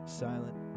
silent